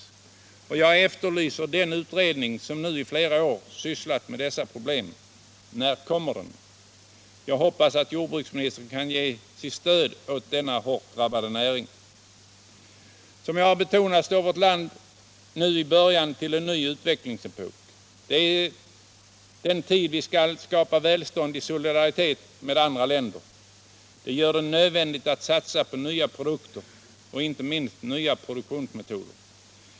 Jag efterlyser den utredning som under flera år sysslat med dessa problem. När blir den färdig? Jag hoppas att jordbruksministern kan ge sitt stöd åt denna hårt drabbade näring. Som jag har betonat står vårt land nu i början av en ny utvecklingsepok. Det är den tid då vi skall skapa välstånd i solidaritet med andra länder. Det gör det nödvändigt att satsa på nya produkter, inte minst nya produktionsmetoder.